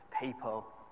People